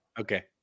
Okay